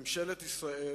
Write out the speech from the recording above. ממשלת ישראל